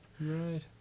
right